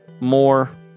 more